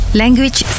language